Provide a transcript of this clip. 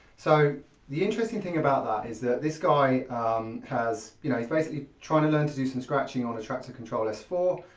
so the interesting thing about that is this guy has, you know he's basically trying to learn to do some scratching on a traktor kontrol s four,